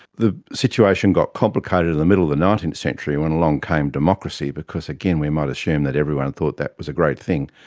the situation got complicated in the middle of the nineteenth century when along came democracy because again we might assume that everyone thought that was a great thing.